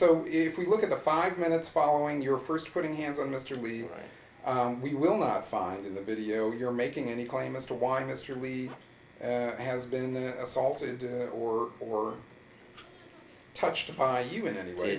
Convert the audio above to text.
so if we look at the five minutes following your first putting hands on mr lee we will not find in the video you're making any claim as to why mr lee has been assaulted or or touched by you in any way